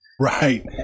Right